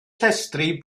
llestri